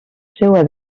seva